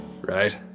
Right